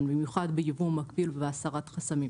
במיוחד ביבוא מגביל ובהסרת חסמים.